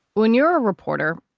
when you're a reporter,